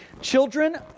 Children